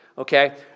Okay